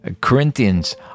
Corinthians